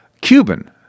Cuban